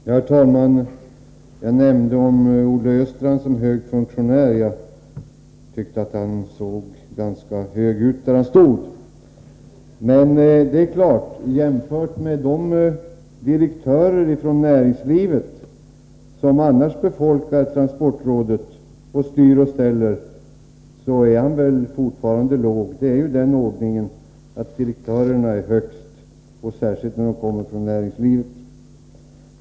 Herr talman! Jag talade om Olle Östrand som en hög funktionär — jag tyckte att han såg ganska ”hög” ut där han stod. Men jämfört med de direktörer från näringslivet som i övrigt befolkar transportrådet och styr och ställer är han väl fortfarande låg. Vi har ju den ordningen att direktörerna är högst — särskilt när de kommer från näringslivet.